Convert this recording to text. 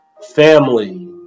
family